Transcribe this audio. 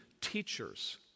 teachers